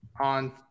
on